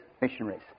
missionaries